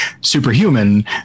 superhuman